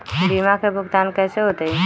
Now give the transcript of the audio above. बीमा के भुगतान कैसे होतइ?